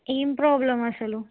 ఏం ప్రాబ్లం అసలు